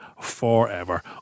forever